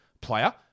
player